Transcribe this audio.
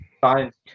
Science